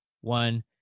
one